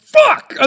fuck